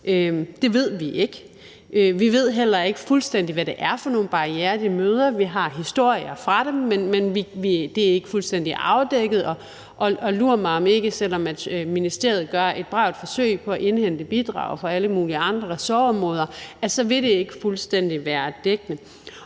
det ved vi ikke. Vi ved heller ikke fuldstændig, hvad det er for nogle barrierer, de møder; vi har historier fra dem, men det er ikke fuldstændig afdækket. Og lur mig – selv om ministeriet gør et bravt forsøg på at indhente bidrag fra alle mulige andre ressortområder, om det vil være fuldstændig dækkende.